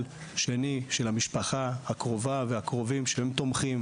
שני של המשפחה הקרובה והקרובים שהם תומכים,